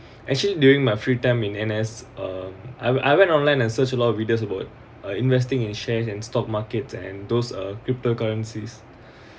actually during my free time in N_S um I I went online and searched a lot of readers about investing in shares and stock market and those are crypto currencies